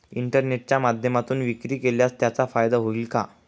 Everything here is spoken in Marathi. इंटरनेटच्या माध्यमातून विक्री केल्यास त्याचा फायदा होईल का?